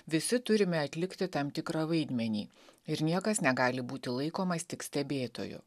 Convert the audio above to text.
visi turime atlikti tam tikrą vaidmenį ir niekas negali būti laikomas tik stebėtoju